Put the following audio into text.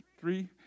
three